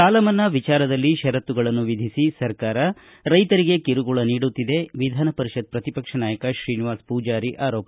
ಸಾಲ ಮನ್ನಾ ವಿಚಾರದಲ್ಲಿ ಪರತ್ತುಗಳನ್ನು ವಿಧಿಸಿ ಸರ್ಕಾರ ರೈತರಿಗೆ ಕಿರುಕುಳ ನೀಡುತ್ತಿದೆ ವಿಧಾನಪರಿಷತ್ ಪ್ರತಿಪಕ್ಷ ನಾಯಕ ಶ್ರೀನಿವಾಸ ಪೂಜಾರಿ ಆರೋಪ